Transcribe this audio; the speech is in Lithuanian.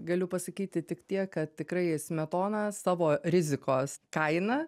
galiu pasakyti tik tiek kad tikrai smetona savo rizikos kaina